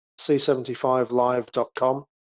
c75live.com